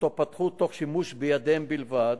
ואותו פתחו תוך שימוש בידיהם בלבד,